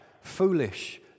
foolish